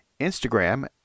Instagram